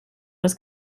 was